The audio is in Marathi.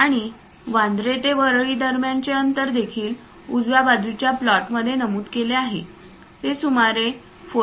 आणि वांद्रे ते वरळी दरम्यानचे अंतर देखील उजव्या बाजूच्या प्लॉटमध्ये नमूद केले आहे ते सुमारे 4